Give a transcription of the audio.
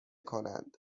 کنند